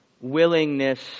willingness